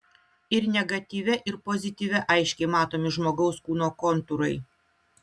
ir negatyve ir pozityve aiškiai matomi žmogaus kūno kontūrai